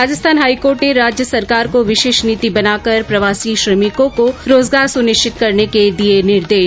Rajasthan high court ने राज्य सरकार को विशेष नीति बनाकर प्रवासी श्रमिकों को रोजगार सुनिश्चित करने के दिए निर्देश